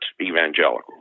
evangelical